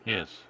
Yes